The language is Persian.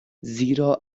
زیرا